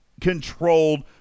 controlled